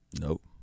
Nope